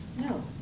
No